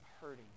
hurting